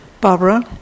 Barbara